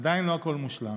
עדיין לא הכול מושלם,